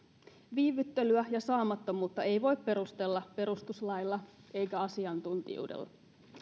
viivyttelyä ja saamattomuutta ei voi perustella perustuslailla eikä asiantuntijuudella